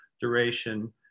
duration